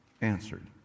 answered